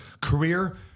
career